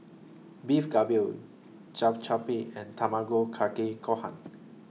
Beef Galbi and Tamago Kake Gohan